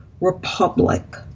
republic